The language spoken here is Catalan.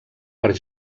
per